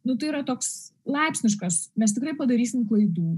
nu tai yra toks laipsniškas mes tikrai padarysim klaidų